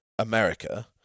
America